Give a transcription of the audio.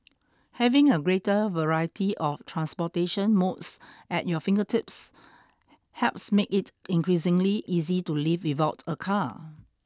having a greater variety of transportation modes at your fingertips helps make it increasingly easy to live without a car